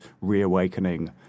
reawakening